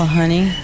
honey